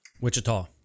Wichita